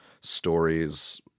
stories